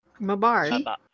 Mabar